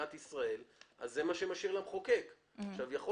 מאוד כמו בפשיעה חקלאית - אני אומר